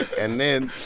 and then,